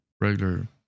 regular